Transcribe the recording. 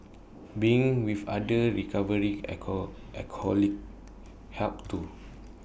being with other recovering alcohol alcoholics helped too